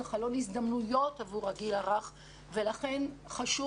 זה חלון הזדמנויות עבור הגיל הרך ולכן חשוב